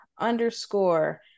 underscore